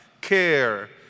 care